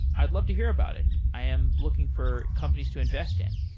i'd love to hear about it. i am looking for companies to invest in.